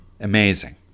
Amazing